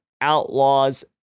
Outlaws